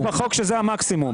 אתה יכול להכניס בחוק שזה המקסימום?